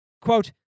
Quote